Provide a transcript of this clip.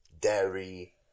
dairy